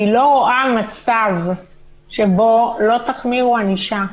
אני לא רואה מצב שבו לא תחמירו ענישה.